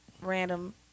random